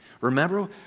Remember